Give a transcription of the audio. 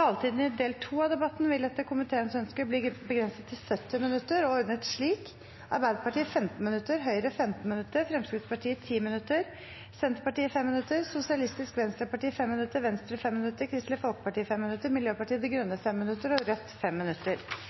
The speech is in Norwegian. Taletiden i del 2 av debatten vil etter komiteens ønske bli begrenset til 70 minutter og ordnet slik: Arbeiderpartiet 15 minutter, Høyre 15 minutter, Fremskrittspartiet 10 minutter, Senterpartiet 5 minutter, Sosialistisk Venstreparti 5 minutter, Venstre 5 minutter, Kristelig Folkeparti 5 minutter, Miljøpartiet De Grønne 5 minutter og Rødt 5 minutter.